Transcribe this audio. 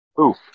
Oof